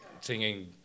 singing